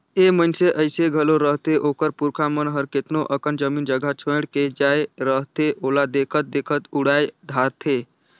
ए मइनसे अइसे घलो रहथें ओकर पुरखा मन हर केतनो अकन जमीन जगहा छोंएड़ के जाए रहथें ओला देखत देखत उड़ाए धारथें